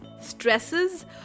stresses